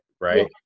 Right